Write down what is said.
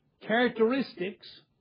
characteristics